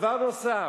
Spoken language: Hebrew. דבר נוסף,